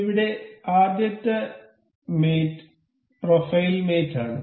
ഇവിടെ ആദ്യത്തെ mate profile mate ആണ്